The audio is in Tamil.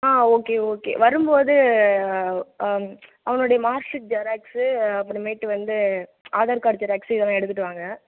ஓகே ஓகே வரும்போது அவங்களுடைய மார்க் ஷீட் ஜெராக்ஸ் அப்புறமேட்டு வந்து ஆதார் கார்டு ஜெராக்ஸ் இதெல்லாம் எடுத்துகிட்டு வாங்க